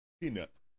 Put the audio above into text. peanuts